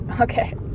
Okay